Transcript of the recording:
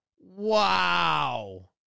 Wow